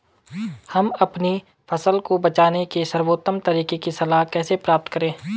हम अपनी फसल को बचाने के सर्वोत्तम तरीके की सलाह कैसे प्राप्त करें?